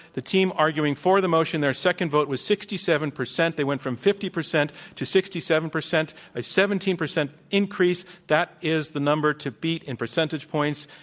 the team arguing for the motion, their second vote was sixty seven percent. they went from fifty percent to sixty seven percent, a seventeen percent increase. that is the number to beat in percentage points,